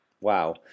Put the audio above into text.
Wow